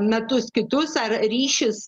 metus kitus ar ryšis